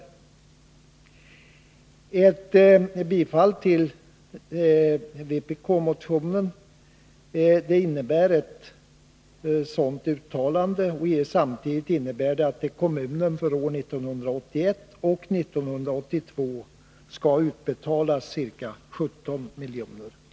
Ett bifall till vbk-motionen innebär ett sådant uttalande. Samtidigt innebär det att det utbetalas ca 17 milj.kr. till kommunen för åren 1981 och 1982.